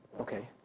Okay